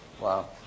Wow